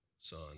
son